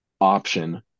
option